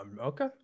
Okay